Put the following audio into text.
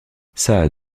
shah